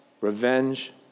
Revenge